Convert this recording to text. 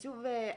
אז שוב,